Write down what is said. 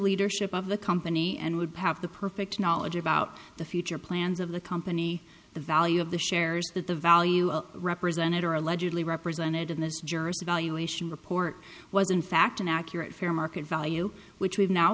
leadership of the company and would have the perfect knowledge about the future plans of the company the value of the shares that the value represented her allegedly represented in this juror's evaluation report was in fact inaccurate fair market value which we've now